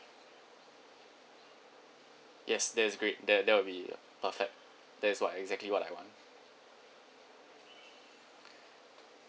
yes that is great there there will be perfect that is what exactly what I want